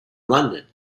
london